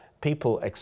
People